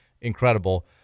incredible